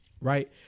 right